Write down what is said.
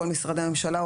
כל משרדי הממשלה,